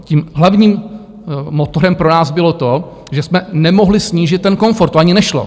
Tím hlavním motorem pro nás bylo to, že jsme nemohli snížit ten komfort, to ani nešlo.